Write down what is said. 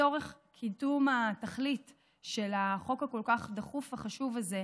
לצורך קידום התכלית של החוק הכל-כך דחוף והחשוב הזה,